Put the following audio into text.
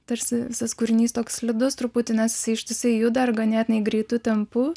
tarsi visas kūrinys toks slidus truputį nes ištisai juda ganėtinai greitu tempu